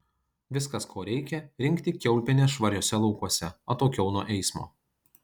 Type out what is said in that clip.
viskas ko reikia rinkti kiaulpienes švariuose laukuose atokiau nuo eismo